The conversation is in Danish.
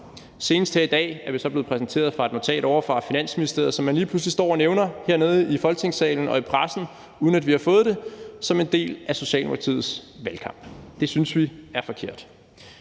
Senest her i dag er vi så blevet præsenteret for et notat ovre fra Finansministeriet, som man lige pludselig står og nævner hernede i Folketingssalen og i pressen, uden at vi har fået det, som en del af Socialdemokratiets valgkamp. Det synes vi er forkert.